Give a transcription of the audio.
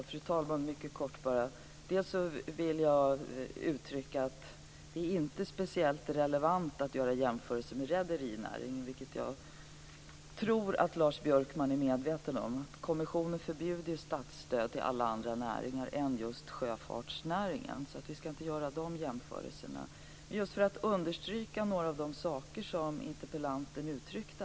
Fru talman! Mycket kort: Det är inte speciellt relevant att göra jämförelser med rederinäringen, vilket jag tror att Lars Björkman är medveten om. Kommissionen förbjuder ju statsstöd till alla näringar utom just sjöfartsnäringen. Så vi skall inte göra en sådan jämförelse. Jag vill också understryka några saker som interpellanten uttryckte.